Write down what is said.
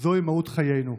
זוהי מהות חיינו,